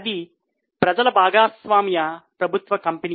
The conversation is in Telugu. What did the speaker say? ఇది ప్రజల భాగస్వామ్య ప్రభుత్వ కంపెనీ